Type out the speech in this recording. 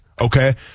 okay